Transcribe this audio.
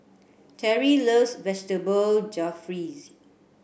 Terry loves Vegetable Jalfrezi